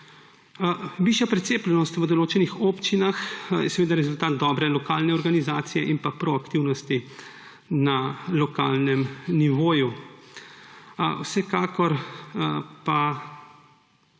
Višja precepljenost v določenih občinah je seveda rezultat dobre lokalne organizacije in proaktivnosti na lokalnem nivoju.